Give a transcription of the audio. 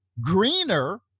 greener